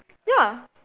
ya